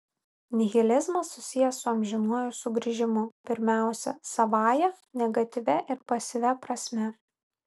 nihilizmas susijęs su amžinuoju sugrįžimu pirmiausia savąja negatyvia ir pasyvia prasme